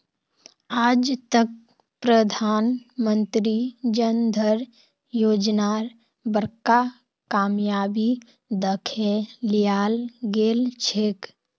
आज तक प्रधानमंत्री जन धन योजनार बड़का कामयाबी दखे लियाल गेलछेक